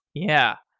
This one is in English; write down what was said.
yeah.